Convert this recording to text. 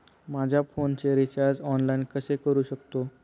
माझ्या फोनचे recharge online कसे करू शकतो?